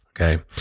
Okay